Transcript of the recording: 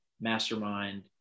mastermind